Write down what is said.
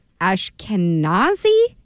Ashkenazi